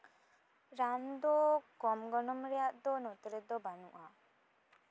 ᱨᱟᱱ ᱫᱚ ᱠᱚᱢ ᱜᱚᱱᱚᱝ ᱨᱮᱭᱟᱜ ᱫᱚ ᱱᱚᱛᱮ ᱨᱮᱫᱚ ᱵᱟᱹᱱᱩᱜᱼᱟ